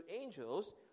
angels